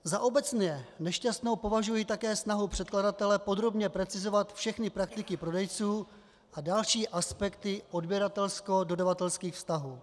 Za obecně nešťastnou považuji také snahu předkladatele podrobně precizovat všechny praktiky prodejců a další aspekty odběratelskododavatelských vztahů.